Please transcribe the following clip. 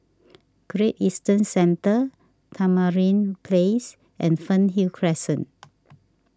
Great Eastern Centre Tamarind Place and Fernhill Crescent